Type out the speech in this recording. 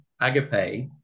Agape